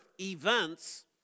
events